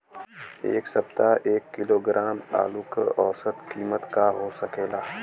एह सप्ताह एक किलोग्राम आलू क औसत कीमत का हो सकेला?